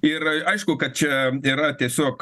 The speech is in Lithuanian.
ir aišku kad čia yra tiesiog